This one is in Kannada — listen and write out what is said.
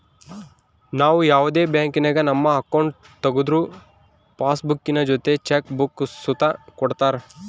ನಾವು ಯಾವುದೇ ಬ್ಯಾಂಕಿನಾಗ ನಮ್ಮ ಅಕೌಂಟ್ ತಗುದ್ರು ಪಾಸ್ಬುಕ್ಕಿನ ಜೊತೆ ಚೆಕ್ ಬುಕ್ಕ ಸುತ ಕೊಡ್ತರ